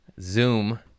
zoom